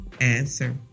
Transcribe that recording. answer